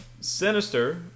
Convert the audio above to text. Sinister